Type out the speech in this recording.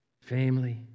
family